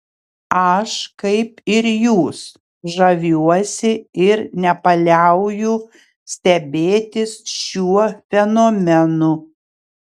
aš kaip ir jūs žaviuosi ir nepaliauju stebėtis šiuo fenomenu